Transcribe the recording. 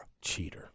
Cheater